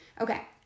Okay